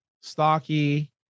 stocky